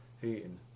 heating